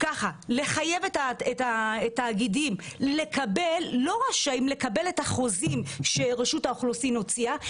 לחייב את התאגידים לקבל את החוזים שרשות האוכלוסין הוציאה,